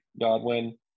Godwin